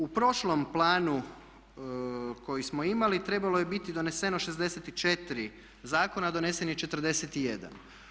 U prošlom planu koji smo imali, trebalo je biti doneseno 64 zakona a donesen je 41.